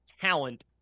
talent